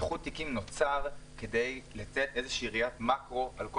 איחוד תיקים נוצר כדי לתת ראיית מקרו על כל